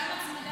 גם הצמדה?